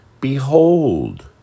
Behold